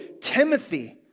Timothy